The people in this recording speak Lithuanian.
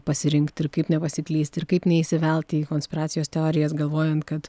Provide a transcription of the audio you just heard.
pasirinkt ir kaip nepasiklyst ir kaip neįsivelt į konspiracijos teorijas galvojant kad